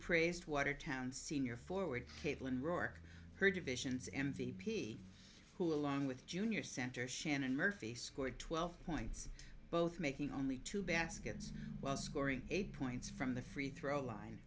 praised watertown senior forward caitlin rourke her division's m v p who along with junior center shannon murphy scored twelve points both making only two baskets while scoring eight points from the free throw line